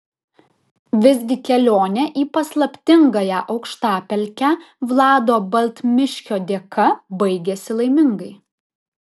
visgi kelionė į paslaptingąją aukštapelkę vlado baltmiškio dėka baigėsi laimingai